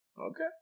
Okay